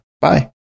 Bye